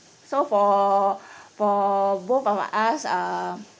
so for for both of us uh